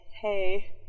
hey